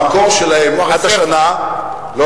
המקור שלהם, עד השנה, הרזרבה.